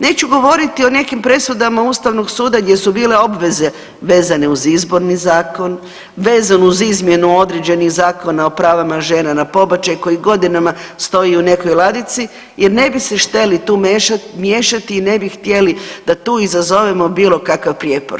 Neću govoriti o nekim presudama ustavnog suda gdje su bile obveze vezane uz Izborni zakon, vezan uz izmjenu određenih Zakona o pravima žena na pobačaj koji godinama stoji u nekoj ladici jer ne bi se šteli tu miješati i ne bi htjeli da tu izazovemo bilo kakav prijepor.